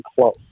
close